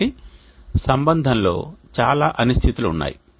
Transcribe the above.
కాబట్టి సంబంధం లో చాలా అనిశ్చితులు ఉన్నాయి